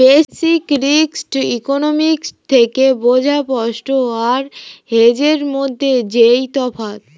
basic risk economics থেকে বোঝা spot আর হেজের মধ্যে যেই তফাৎ